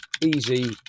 easy